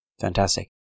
fantastic